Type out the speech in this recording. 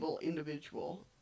individual